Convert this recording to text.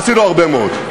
עשינו הרבה מאוד.